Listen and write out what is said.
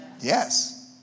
Yes